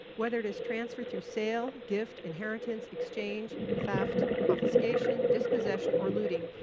whether it is transferred through sale, gift, inheritance, exchange, theft, confiscation, dispossession or looting,